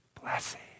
Blessing